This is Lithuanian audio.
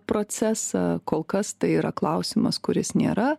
procesą kol kas tai yra klausimas kuris nėra